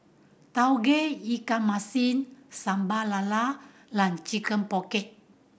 Tauge Ikan Masin Sambal Lala and Chicken Pocket